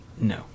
No